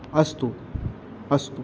अस्तु अस्तु